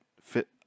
fit